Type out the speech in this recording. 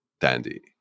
dandy